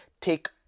take